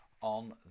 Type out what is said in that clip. on